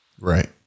Right